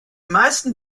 meisten